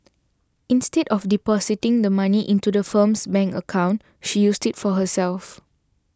instead of depositing the money into the firm's bank account she used it for herself